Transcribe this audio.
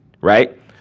right